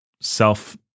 self